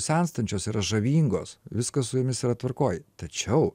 senstančios yra žavingos viskas su jomis yra tvarkoje tačiau